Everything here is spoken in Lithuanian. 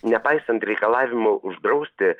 nepaisant reikalavimų uždrausti